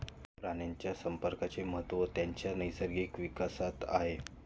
प्राण्यांच्या संप्रेरकांचे महत्त्व त्यांच्या नैसर्गिक विकासात आहे